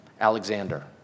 Alexander